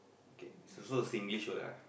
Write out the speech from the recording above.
okay it's also a Singlish word ah